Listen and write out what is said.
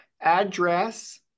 address